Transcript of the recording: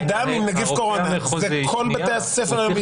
הרופא המחוזי.